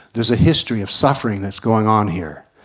there's a history of suffering that's going on here.